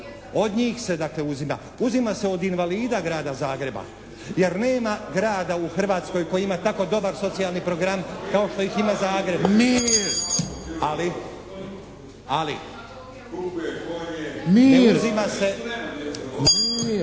Od njih se, dakle, uzima, uzima se od invalida Grada Zagreba jer nema grada u Hrvatskoj koji ima tako dobar socijalni program kao što ih ima Zagreb. **Šeks, Vladimir